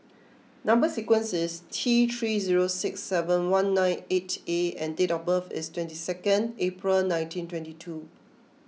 Number Sequence is T three zero six seven one nine eight A and date of birth is twenty second April nineteen twenty two